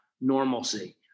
normalcy